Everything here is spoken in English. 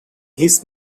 his